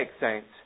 saints